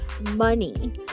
money